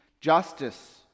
justice